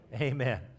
Amen